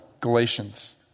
Galatians